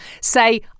say